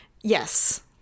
Yes